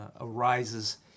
arises